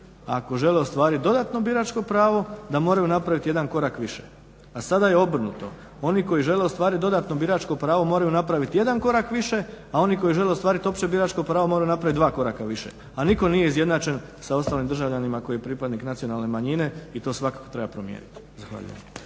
ako žele ostvarit dodatno biračko pravo da moraju napraviti jedan korak više. A sada je obrnuto, oni koji žele ostvarit dodatno biračko pravo moraju napravit jedan korak više, a oni koji žele ostvarit opće biračko pravo moraju napravit dva koraka više, a nitko nije izjednačen sa ostalim državljanima koji je pripadnik nacionalne manjine i to svakako treba promijeniti. Zahvaljujem.